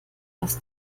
dass